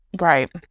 Right